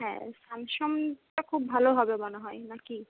হ্যাঁ স্যামসংটা খুব ভালো হবে মনে হয় না কি